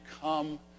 come